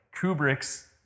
Kubrick's